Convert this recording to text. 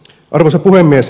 arvoisa puhemies